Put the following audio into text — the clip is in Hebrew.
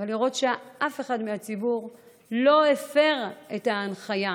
ולראות שאף אחד מהציבור לא הפר את ההנחיה.